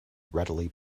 readily